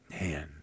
man